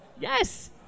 Yes